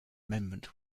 amendment